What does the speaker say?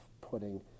putting